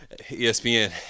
ESPN